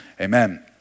Amen